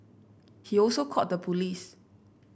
he also called the police